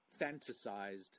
fantasized